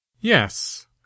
Yes